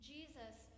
Jesus